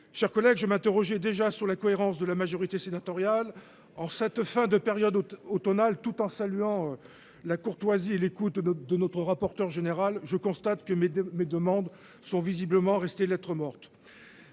Chers collègues, je m'interrogeais déjà sur la cohérence de la majorité sénatoriale en cette fin de période où tu automnal. Tout en saluant la courtoisie et l'écoute de notre de notre rapporteur général. Je constate que mes, mes demandes sont visiblement restées lettre morte.